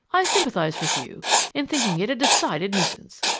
i sympathize with you in thinking it decided nuisance!